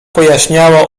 pojaśniało